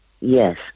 Yes